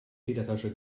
federtasche